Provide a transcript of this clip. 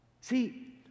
See